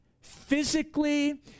Physically